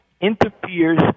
interferes